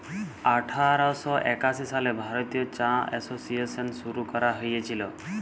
আঠার শ একাশি সালে ভারতীয় চা এসোসিয়েশল শুরু ক্যরা হঁইয়েছিল